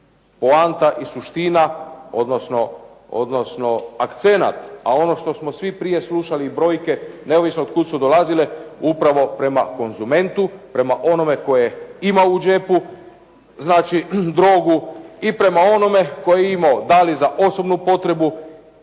poanta i suština, odnosno akcent, a ono što smo svi prije slušali brojke, neovisno otkud su dolazile, upravo prema konzumentu, prema onome tko je imao u džepu znači drogu i prema onome koji je imao da li za osobnu potrebu,